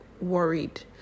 worried